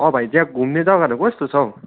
अँ भाइ त्यहाँ घुम्ने जग्गाहरू कस्तो छ हो